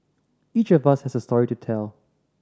each of us has a story to tell